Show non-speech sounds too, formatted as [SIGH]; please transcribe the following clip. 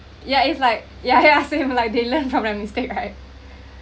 ya it's like ya ya same like they learnt from their mistakes right [LAUGHS]